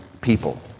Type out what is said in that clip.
people